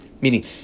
Meaning